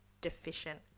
deficient